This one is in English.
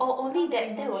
now that you mention